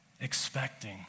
Expecting